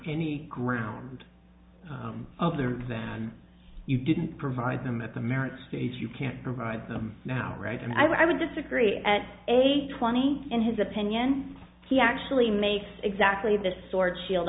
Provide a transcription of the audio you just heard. any ground other than you didn't provide them at the merits if you can't provide them now right then i would disagree at eight twenty in his opinion he actually makes exactly this sort shield